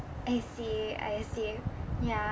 I see I see ya